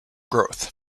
growth